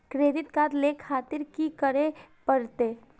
Credit card ले खातिर की करें परतें?